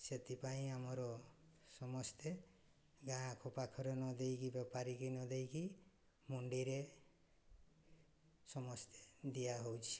ସେଥିପାଇଁ ଆମର ସମସ୍ତେ ଗାଁ ଆଖପାଖରେ ନଦେଇକି ବେପାରିକି ନଦେଇକି ମଣ୍ଡିରେ ସମସ୍ତେ ଦିଆହଉଛି